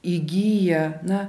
įgyja na